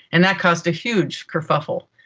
and that caused a huge kerfuffle.